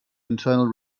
internal